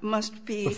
must be